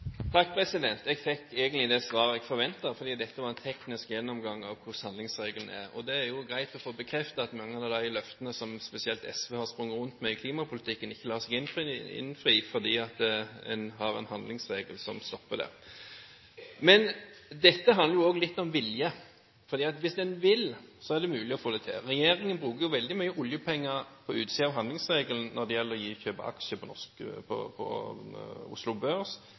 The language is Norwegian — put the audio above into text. Takk. Jeg fikk egentlig det svaret jeg forventet, for dette var en teknisk gjennomgang av hvordan handlingsregelen er. Det er jo greit å få bekreftet at mange av de løftene som spesielt SV har sprunget rundt med i klimapolitikken, ikke lar seg innfri fordi en har en handlingsregel som stopper det. Men dette handler også litt om vilje, for hvis en vil, er det mulig å få det til. Regjeringen bruker jo veldig mye oljepenger på utsiden av handlingsregelen når det gjelder å kjøpe aksjer på Oslo Børs og tilføre egenkapital til statlige selskap eller ved å la Petoro få lov til å gjøre investeringer på